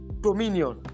dominion